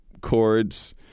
chords